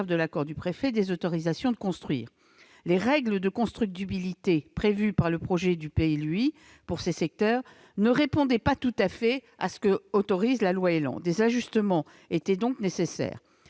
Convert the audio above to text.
de l'accord du préfet, des autorisations de construire. Les règles de constructibilité prévues par le projet de PLUI pour ces secteurs ne répondaient pas tout à fait à ce qu'autorise la loi ÉLAN. Des ajustements étaient donc nécessaires.